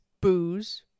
booze